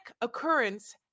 occurrence